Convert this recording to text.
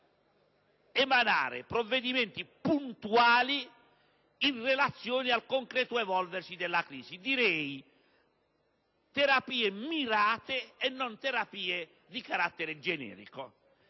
emanare provvedimenti puntuali in relazione al concreto evolversi della crisi. Direi che si tratta di terapie mirate e non di carattere generico.